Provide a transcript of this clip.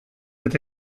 eta